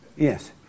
Yes